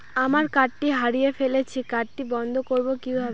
আমার কার্ডটি হারিয়ে ফেলেছি কার্ডটি বন্ধ করব কিভাবে?